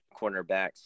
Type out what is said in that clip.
cornerbacks